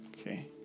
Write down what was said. Okay